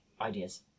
ideas